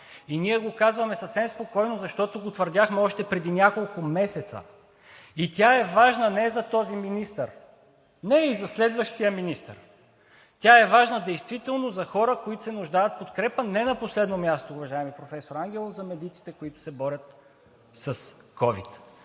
и ние го казваме съвсем спокойно, защото го твърдяхме още преди няколко месеца. Тя е важна не за този министър, не и за следващия министър, тя е важна действително за хора, които се нуждаят от подкрепа, и не на последно място, уважаеми професор Ангелов, за медиците, които се борят с ковид.